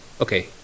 okay